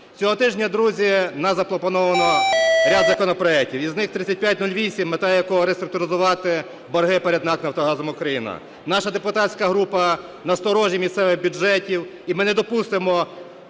Цього тижня, друзі, нам запропоновано ряд законопроектів, із них 3508, мета якого реструктуризувати борги перед НАК "Нафтогаз України". Наша депутатська група на сторожі місцевих бюджетів, і ми не допустимо